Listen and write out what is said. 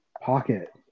pocket